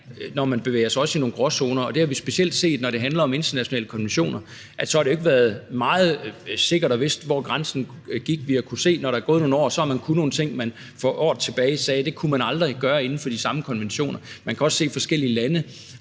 når man bevæger sig i nogle gråzoner, og det har vi specielt set, når det handler om internationale konventioner, for så har det jo ikke været meget sikkert, hvor grænsen gik. Vi har kunnet se, at man, når der er gået nogle år, har kunnet nogle ting, hvor man for år tilbage fik at vide, at det kunne man aldrig gøre inden for de samme konventioner. Vi kan se forskellige lande,